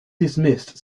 dismissed